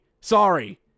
Sorry